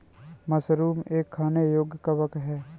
mushroom एक खाने योग्य कवक है